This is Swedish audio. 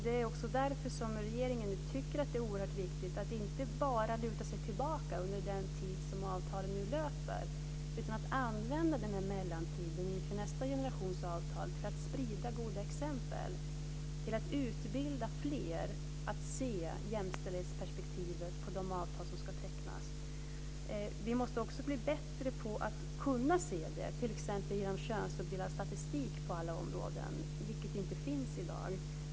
Det är också därför som regeringen nu tycker att det är oerhört viktigt att man inte bara lutar sig tillbaka under den tid som avtalen nu löper utan att man använder den här mellantiden inför nästa generations avtal till att sprida goda exempel och till att utbilda fler när det gäller att se jämställdhetsperspektivet på de avtal som ska tecknas. Vi måste också bli bättre när det gäller att man ska kunna se det här, t.ex. genom könsuppdelad statistik på alla områden, vilket inte finns i dag.